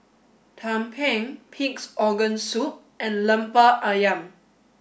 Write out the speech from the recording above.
Tumpeng Pig's organ soup and Lemper Ayam